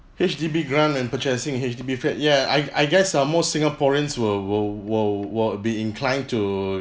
H_D_B grant and purchasing a H_D_B flat ya I I guess uh more singaporeans will will will will be inclined to